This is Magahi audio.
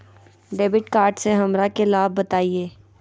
डेबिट कार्ड से हमरा के लाभ बताइए?